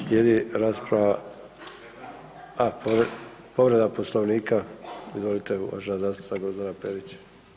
Slijedi rasprava, a povreda Poslovnika, izvolite uvažena zastupnica Grozdana Perić.